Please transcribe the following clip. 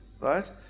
Right